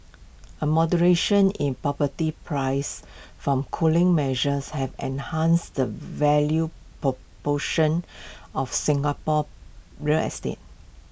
A moderation in property prices from cooling measures have enhanced the value proportion of Singapore real estate